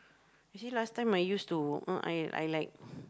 you see last time I used to uh I I like